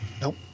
Nope